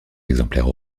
exemplaires